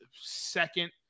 second